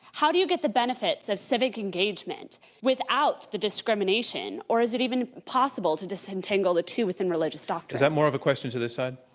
how do you get the benefits of civic engagement without the discrimination, or is it even possible to disentangle the two within religious doctrine? is that more of a question to this side?